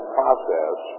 process